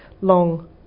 long